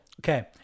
okay